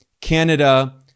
canada